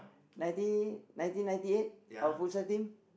nineteen nineteen ninety eight our futsal team